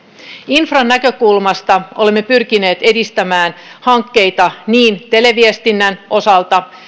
infran näkökulmasta olemme pyrkineet edistämään hankkeita niin televiestinnän osalta